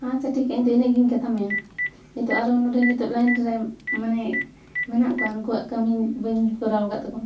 ᱟᱪᱪᱷᱟ ᱴᱷᱤᱠ ᱜᱮᱭᱟ ᱤᱧᱫᱚ ᱤᱱᱟᱹᱜ ᱜᱤᱧ ᱠᱟᱛᱷᱟ ᱢᱮᱭᱟ ᱱᱤᱛᱳᱜ ᱟᱨᱚ ᱱᱚᱸᱰᱮ ᱱᱤᱛᱳᱜ ᱞᱟᱭᱤᱱ ᱨᱮ ᱢᱟᱱᱮ ᱢᱮᱱᱟᱜ ᱠᱚᱣᱟ ᱱᱩᱠᱩᱣᱟᱜ ᱠᱟᱹᱢᱤ ᱵᱟᱹᱧ ᱠᱚᱨᱟᱣ ᱟᱠᱟᱫ ᱛᱟᱠᱚᱣᱟ